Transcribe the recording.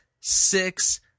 six